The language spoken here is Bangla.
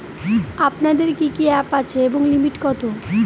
আপনাদের কি কি অ্যাপ আছে এবং লিমিট কত?